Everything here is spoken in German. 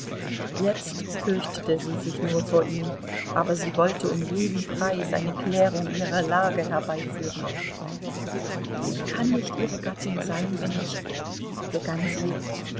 jetzt fürchtete sie sich nur vor ihm aber sie wollte um jeden preis eine klärung ihrer lage herbeiführen ich kann nicht ihre gattin sein wenn ich begann sie